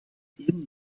één